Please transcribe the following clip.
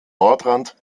nordrand